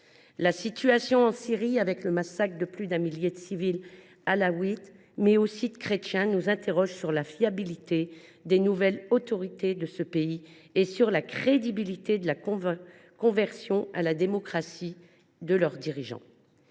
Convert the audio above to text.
La situation en Syrie, avec le massacre de plus d’un millier de civils alaouites, mais aussi de chrétiens, ne laisse pas de nous interroger sur la fiabilité des nouvelles autorités de ce pays et sur la crédibilité de la conversion à la démocratie de leurs dirigeants.